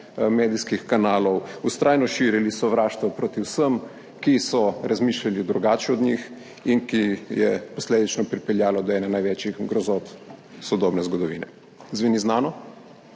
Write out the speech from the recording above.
medijskih kanalov vztrajno širili sovraštvo proti vsem, ki so razmišljali drugače od njih, kar je posledično pripeljalo do ene največjih grozot sodobne zgodovine. Zveni znano?